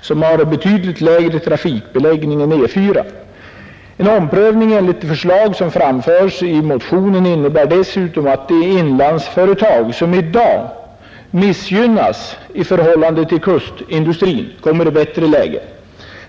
som har betydligt lägre trafikbeläggning än E 4, En omprövning enligt de förslag som framförs i motionen innebär dessutom att de inlandsföretag som i dag missgynnas i förhållande till kustindustrin kommer i bättre läge.